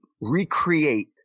recreate